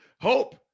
hope